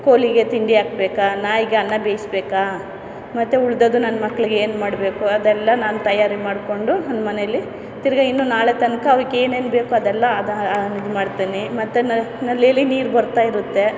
ಕೋಲಿಗೆ ತಿಂಡಿ ಹಾಕಬೇಕ ನಾಯಿಗೆ ಅನ್ನ ಬೇಯಿಸ್ಬೇಕ ಮತ್ತೆ ಉಳಿದದ್ದು ನನ್ನ ಮಕ್ಕಳಿಗೆ ಏನು ಮಾಡಬೇಕು ಅದೆಲ್ಲ ನಾನು ತಯಾರಿ ಮಾಡಿಕೊಂಡು ನನ್ನ ಮನೇಲಿ ತಿರ್ಗ ಇನ್ನೂ ನಾಳೆ ತನಕ ಅವಕ್ಕೇನೇನು ಬೇಕು ಅದೆಲ್ಲ ಅದ ಇದು ಮಾಡ್ತೇನೆ ಮತ್ತೆ ನಲ್ಲಿಯಲ್ಲಿ ನೀರು ಬರ್ತಾ ಇರುತ್ತೆ